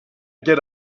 get